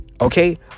Okay